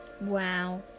Wow